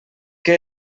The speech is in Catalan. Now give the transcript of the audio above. què